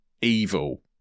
evil